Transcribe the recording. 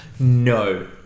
No